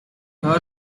the